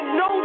no